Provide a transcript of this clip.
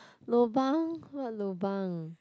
lobang what lobang